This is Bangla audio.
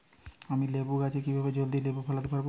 আমি লেবু গাছে কিভাবে জলদি লেবু ফলাতে পরাবো?